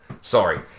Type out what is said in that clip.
Sorry